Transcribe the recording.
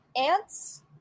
ants